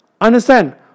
understand